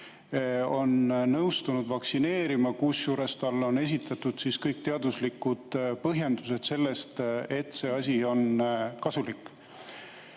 on nõustunud vaktsineerima, kusjuures inimestele on esitatud kõik teaduslikud põhjendused selle kohta, et see asi on kasulik.